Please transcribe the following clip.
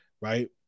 right